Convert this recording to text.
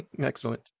Excellent